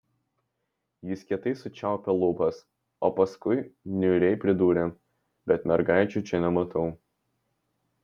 jis kietai sučiaupė lūpas o paskui niūriai pridūrė bet mergaičių čia nematau